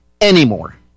anymore